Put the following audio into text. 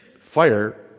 Fire